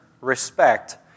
respect